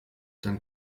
dann